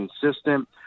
consistent